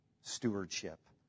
stewardship